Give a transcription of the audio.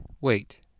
wait